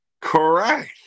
Correct